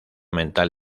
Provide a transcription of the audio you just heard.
mental